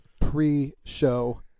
pre-show